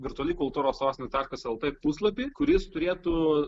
virtuali kultūros sostinė taškas lt puslapį kuris turėtų